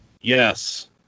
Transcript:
Yes